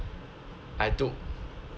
I took